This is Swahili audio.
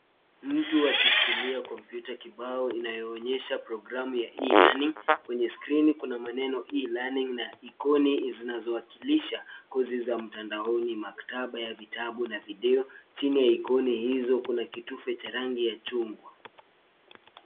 Mtu akishikilia kompyuta kibao inayoonyesha progeamu ya e-learning .Kwenye skrini kuna maneno e-learning na ikoni zinazowakilisha cosi za mtandaoni, maktaba ya vitabu na video. Chini ya ikoni hizo kuna kitufe cha rangi ya chungwa.